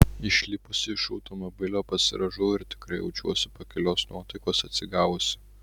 išlipusi iš automobilio pasirąžau ir tikrai jaučiuosi pakilios nuotaikos atsigavusi